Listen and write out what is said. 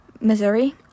Missouri